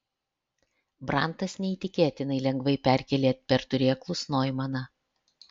brantas neįtikėtinai lengvai perkėlė per turėklus noimaną